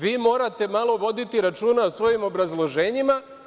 Vi morate malo voditi računa o svojim obrazloženjima.